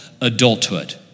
adulthood